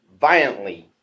violently